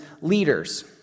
leaders